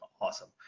Awesome